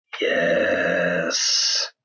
Yes